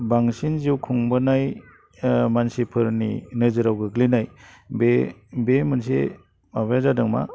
बांसिन जिउ खुंबोनाय मानसिफोरनि नोजोराव गोग्लैनाय बे बे मोनसे माबाया जादों मा